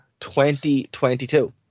2022